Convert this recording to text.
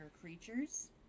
creatures